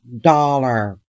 dollar